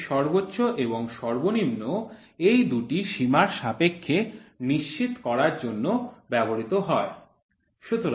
গেজটির সর্বোচ্চ এবং সর্বনিম্ন এই দুটি সীমার সাপেক্ষে নিশ্চিত করার জন্য ব্যবহৃত হয়